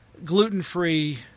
gluten-free